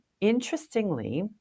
Interestingly